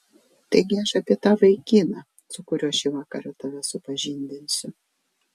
taigi aš apie tą vaikiną su kuriuo šį vakarą tave supažindinsiu